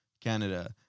Canada